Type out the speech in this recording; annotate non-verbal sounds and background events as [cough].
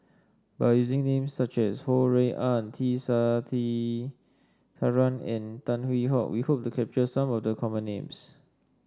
by using names such as Ho Rui An T [unintelligible] and Tan Hwee Hock we hope to capture some of the common names